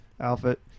outfit